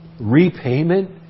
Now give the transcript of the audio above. repayment